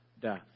Death